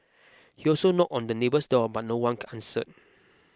he also knocked on the neighbour's door but no one answered